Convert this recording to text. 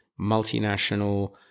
multinational